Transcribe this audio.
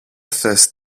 θες